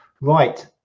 Right